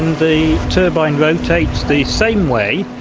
the turbine rotates the same way,